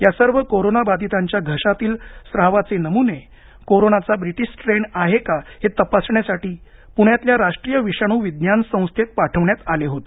या सर्व कोरोनाबाधितांच्या घशातील स्रावाचे नमुने कोरोनाचा ब्रिटिश स्ट्रेन आहे का हे तपासण्यासाठी पृण्यातल्या राष्ट्रीय विषाणू विज्ञान संस्थेत पाठवण्यात आले होते